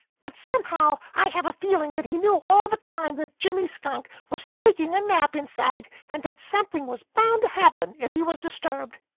but somehow i have a feeling that he knew all the time that jimmy skunk was taking a nap inside and that something was bound to happen if he was disturbed.